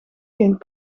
geen